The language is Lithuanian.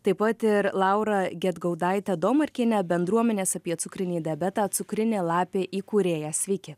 taip pat ir laura gedgaudaite domarkiene bendruomenės apie cukrinį diabetą cukrinė lapė įkūrėja sveiki